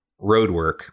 Roadwork